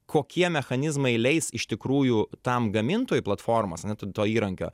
kokie mechanizmai leis iš tikrųjų tam gamintojui platformos ane to to įrankio